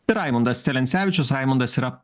ir raimundas celencevičius raimundas yra